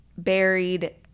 buried